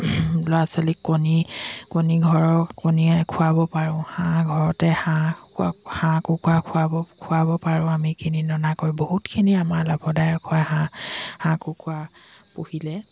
ল'ৰা ছোৱালীক কণী কণী ঘৰৰ কণীয়ে খোৱাব পাৰোঁ হাঁহ ঘৰতে হাঁহ হাঁহ কুকুৰা খোৱাব খোৱাব পাৰোঁ আমি কিনি ননাকৈ বহুতখিনি আমাৰ লাভদায়ক হয় হাঁহ হাঁহ কুকুৰা পুহিলে